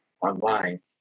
online